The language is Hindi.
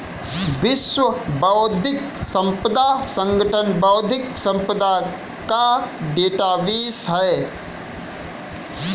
विश्व बौद्धिक संपदा संगठन बौद्धिक संपदा का डेटाबेस है